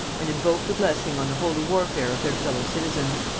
and invoked a blessing on the holy warfare of their fellow-citizens.